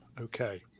Okay